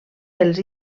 els